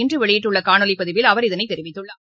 இன்றுவெளியிட்டுள்ளகாணொலிப் பதிவில் அவர் இதனைத் தெரிவித்துள்ளார்